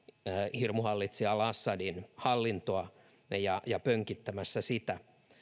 hirmuhallitsija al assadin hallintoa ja ja pönkittämässä sitä